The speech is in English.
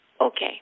Okay